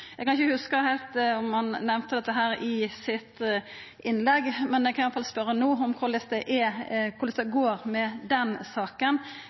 Eg kan ikkje hugsa heilt om han nemnde dette i innlegget sitt, men eg kan spørja han no om korleis det går med den saka,